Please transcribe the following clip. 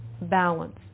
balance